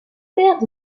terres